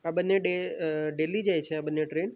આ બન્ને ડેલી જાય છે આ બન્ને ટ્રેન